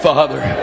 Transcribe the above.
Father